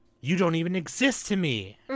you-don't-even-exist-to-me